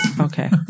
Okay